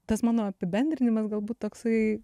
tas mano apibendrinimas galbūt toksai